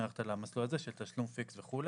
ללכת על המסלול הזה של תשלום פיקס וכו'.